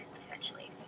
essentially